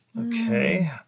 Okay